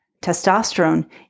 Testosterone